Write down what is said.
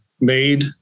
made